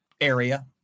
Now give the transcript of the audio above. area